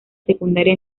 secundaria